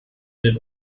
den